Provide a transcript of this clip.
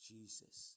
Jesus